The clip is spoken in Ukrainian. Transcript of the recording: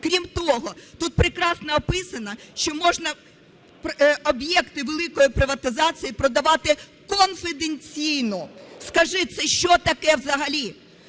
Крім того, тут прекрасно описано, що можна об'єкти великої приватизації продавати конфіденційно. Скажіть, це що таке взагалі?